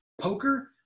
poker